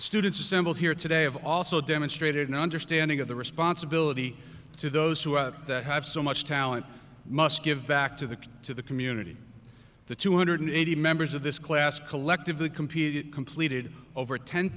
students assembled here today have also demonstrated an understanding of the responsibility to those who have so much talent must give back to the to the community the two hundred eighty members of this class collectively competed completed over ten